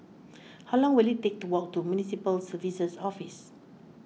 how long will it take to walk to Municipal Services Office